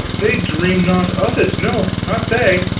they dream not of it, no, not they.